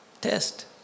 Test